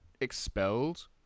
expelled